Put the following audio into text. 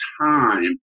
time